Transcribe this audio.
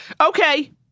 Okay